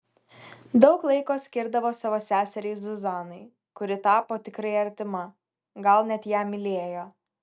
daug laiko skirdavo savo seseriai zuzanai kuri tapo tikrai artima gal net ją mylėjo